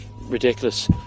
ridiculous